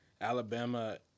Alabama